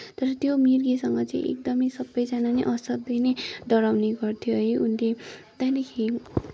तर त्यो मिर्गेसँग चाहिँ एकदमै सबैजना नै असाध्यै नै डराउने गर्थ्यो है उसले त्यहाँदेखि